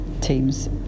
teams